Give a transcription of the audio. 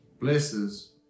blesses